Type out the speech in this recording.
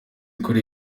kuri